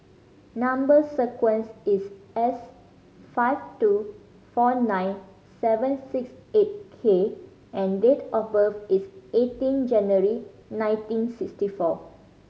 number sequence is S five two four nine seven six eight K and date of birth is eighteen January nineteen sixty four